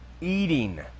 eating